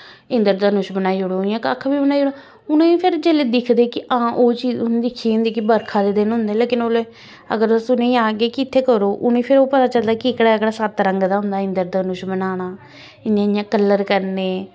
इंद्रधनुष बनाई ओड़ो जां कक्ख बी बनाई ओड़ो उ'नें ई फिर जेल्लै दिक्खदे कि आं ओह् चीज उ'नें दिक्खी होंदे कि बरखा दे दिन होंदे लेकिन ओल्लै अगर तुस उ'नें गी आखगे कि इत्थें करो उ'नें ई फिर पता चलदा कि एह्कड़ा एह्कड़ा सत्त रंग दा होंदा इंद्रदधनुष बनाना इ'यां इ'यां कलर करने